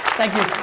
thank you.